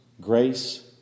Grace